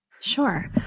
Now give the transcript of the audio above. Sure